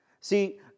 See